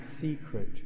secret